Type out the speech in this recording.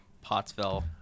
Pottsville